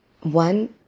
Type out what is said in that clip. one